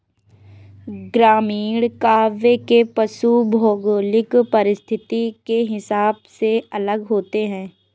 ग्रामीण काव्य में पशु भौगोलिक परिस्थिति के हिसाब से अलग होते हैं